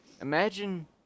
imagine